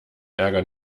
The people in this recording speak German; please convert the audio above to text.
ärger